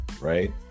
right